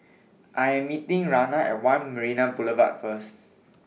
I Am meeting Rianna At one Marina Boulevard First